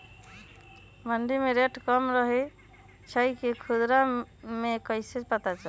मंडी मे रेट कम रही छई कि खुदरा मे कैसे पता चली?